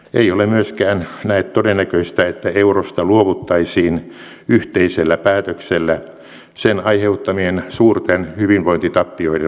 ei ole myöskään näet todennäköistä että eurosta luovuttaisiin yhteisellä päätöksellä sen aiheuttamien suurten hyvinvointitappioiden vuoksi